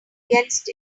against